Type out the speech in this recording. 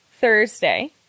Thursday